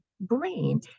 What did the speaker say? brain